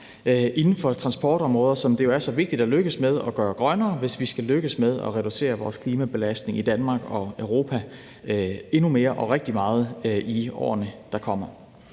inden for transportområdet, som det jo er så vigtigt at lykkes med at gøre grønnere, hvis vi skal lykkes med at reducere vores klimabelastning i Danmark og Europa endnu mere og rigtig meget i årene, der kommer.